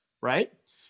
right